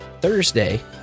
Thursday